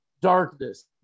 darkness